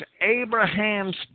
Abraham's